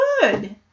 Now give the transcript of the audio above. good